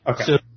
Okay